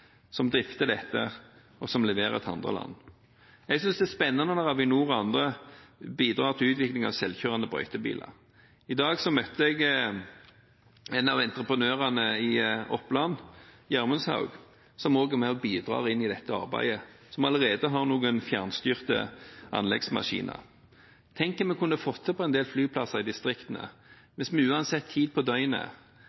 som drifter dette, og som leverer til andre land. Jeg synes det er spennende når Avinor og andre bidrar til utvikling av selvkjørende brøytebiler. I dag møtte jeg en av entreprenørene i Oppland, Gjermundshaug, som også er med og bidrar inn i dette arbeidet og allerede har noen fjernstyrte anleggsmaskiner. Tenk om vi kunne fått det på en del flyplasser i distriktene